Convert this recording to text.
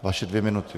Vaše dvě minuty.